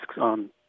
on